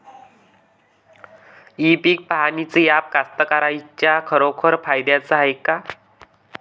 इ पीक पहानीचं ॲप कास्तकाराइच्या खरोखर फायद्याचं हाये का?